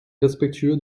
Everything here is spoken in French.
respectueux